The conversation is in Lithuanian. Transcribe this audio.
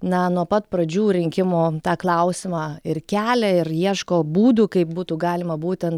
na nuo pat pradžių rinkimų tą klausimą ir kelia ir ieško būdų kaip būtų galima būtent